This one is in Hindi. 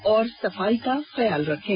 और सफाई का ख्याल रखें